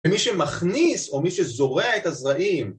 ומי שמכניס או מי שזורע את הזרעים